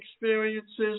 experiences